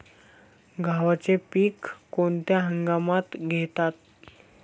गव्हाचे पीक कोणत्या हंगामात घेतात?